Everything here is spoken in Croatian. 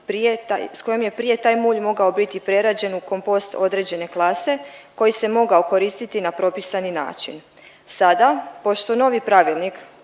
s kojom je prije taj mulj mogao biti prerađen u kompost određene klase koji se mogao koristiti na propisani način. Sada, pošto novi pravilnik